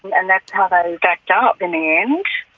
and that's how they backed up in the end.